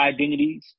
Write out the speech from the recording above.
identities